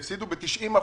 הן הפסידו ב-90%,